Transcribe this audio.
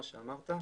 מה שאמרת,